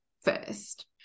first